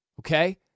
Okay